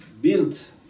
built